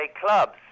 clubs